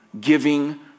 giving